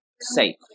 safe